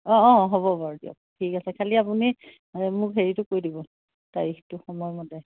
অঁ অঁ হ'ব বাৰু দিয়ক ঠিক আছে খালী আপুনি এই মোক হেৰিটো কৰি দিব তাৰিখটো সময়মতে